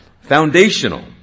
foundational